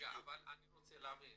אני רוצה להבין,